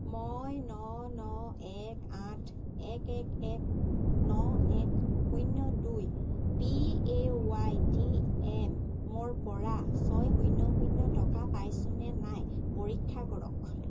মই ন ন এক আঠ এক এক এক ন এক শূন্য দুই পি এ ৱাই টি এমৰ পৰা ছয় শূন্য শূন্য টকা পাইছোনে নাই পৰীক্ষা কৰক